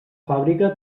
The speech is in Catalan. fàbrica